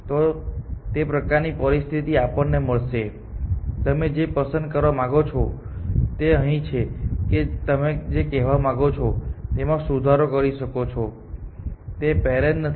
તો તે પ્રકારની પરિસ્થિતિ આપણને મળશે તમે જે પસંદ કરવા માંગો છો તે અહીં છે કે તમે જે કહેવા માંગો છો તેમાં સુધારો કરી શકો છો તે પેરેન્ટ્સ નથી